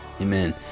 Amen